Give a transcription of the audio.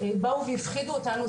באו והפחידו אותנו,